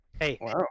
Hey